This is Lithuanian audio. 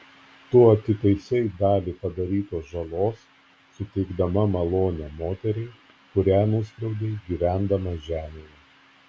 tu atitaisei dalį padarytos žalos suteikdama malonę moteriai kurią nuskriaudei gyvendama žemėje